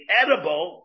edible